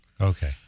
Okay